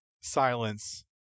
silence